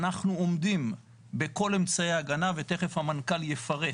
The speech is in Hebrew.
אנחנו עומדים בכל אמצעי ההגנה ותיכף המנכ"ל יפרט,